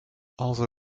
also